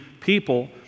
people